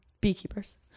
beekeepers